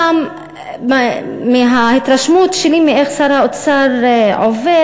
גם מההתרשמות שלי מאיך שר האוצר עובד,